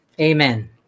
Amen